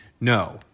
No